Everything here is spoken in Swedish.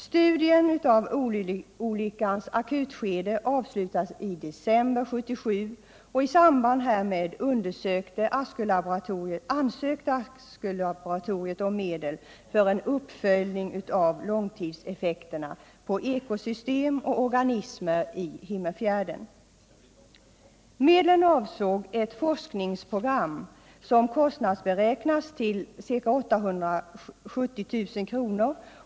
Studien av oljeolyckans akutskede avslutades i december 1977, och i samband härmed ansökte Askölaboratoriet om medel för en uppföljning av långtidseffekterna på ekosystem och organismer i Himmerfjärden. Medlen avsåg ett forskningsprogram som kostnadsberäknats till ca 870 000 kr.